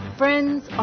friends